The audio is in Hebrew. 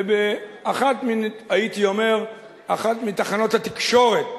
ואחת, הייתי אומר, אחת מתחנות התקשורת